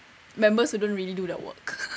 members who don't really do their work